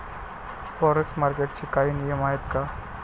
Forex मार्केटचे काही नियम आहेत का?